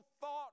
thought